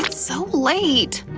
so late!